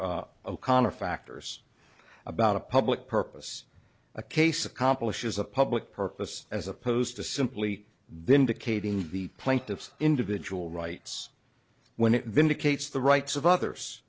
o'connor factors about a public purpose a case accomplishes a public purpose as opposed to simply then indicating the plaintiff's individual rights when it vindicates the rights of others